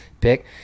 pick